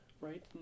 right